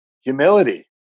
humility